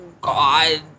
God